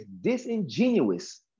disingenuous